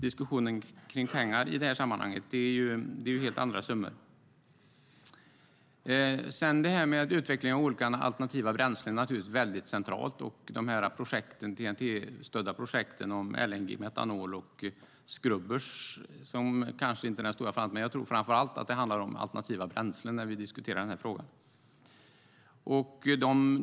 Diskussionen kring pengar i det här sammanhanget förs ju om helt andra summor. Utvecklingen av olika alternativa bränslen är naturligtvis väldigt central, som de TEN-T-stödda projekten om LNG, metanol och skrubbers, som kanske inte är den stora i framtiden, men jag tror framför allt att det handlar om alternativa bränslen när vi diskuterar den här frågan.